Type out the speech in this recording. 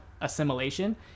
assimilation